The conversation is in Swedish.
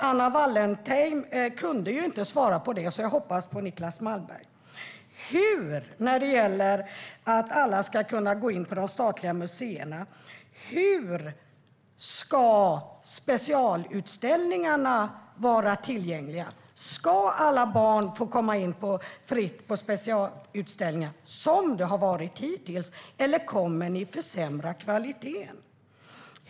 Anna Wallentheim kunde inte svara på den frågan, så jag hoppas på Niclas Malmberg. I frågan om att alla ska få fri entré till de statliga museerna, hur ska specialutställningarna vara tillgängliga? Ska alla barn få fri entré på specialutställningarna, som det har varit hittills, eller kommer ni att försämra kvaliteten?